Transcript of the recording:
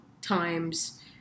times